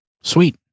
Sweet